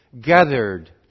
gathered